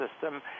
system